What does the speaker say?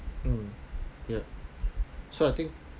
mm yup so I think